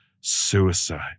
suicide